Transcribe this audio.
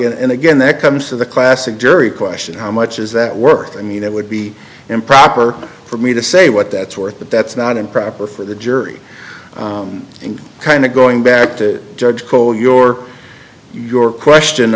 dog and again that comes to the classic jury question how much is that worth i mean it would be improper for me to say what that's worth but that's not improper for the jury and kind of going back to judge cole your your question